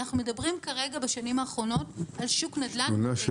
אנחנו מדברים בשנים האחרונות על שוק נדל"ן מאוד מאוד גואה.